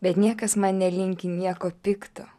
bet niekas man nelinki nieko pikto